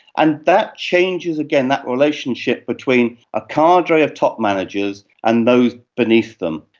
and that changes again that relationship between a cadre of top managers and those beneath them.